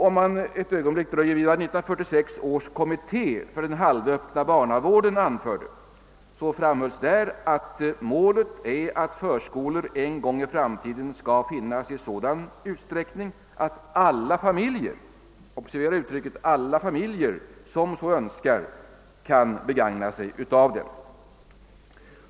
Om jag ett ögonblick får dröja vid vad 1946 års kommitté för den halvöppna barnavården anförde, så framhöll kommittén att målet är att förskolor en gång i framtiden skall finnas i sådan utsträckning att »alla familjer» — observera uttrycket — som så önskar kan begagna sig av dem.